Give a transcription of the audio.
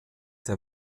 der